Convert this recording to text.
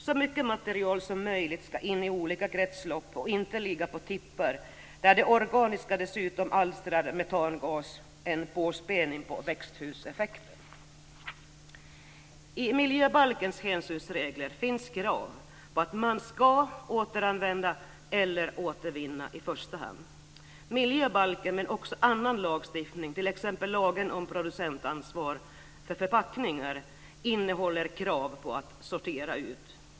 Så mycket material som möjligt ska in i olika kretslopp och inte ligga på tippar där det organiska dessutom alstrar metangas - en påspädning av växthuseffekten. I miljöbalkens hänsynsregler finns krav på att man i första hand ska återanvända eller återvinna. Miljöbalken och också annan lagstiftning, t.ex. lagen om producentansvar för förpackningar, innehåller krav på att sortera ut.